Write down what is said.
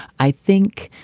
i think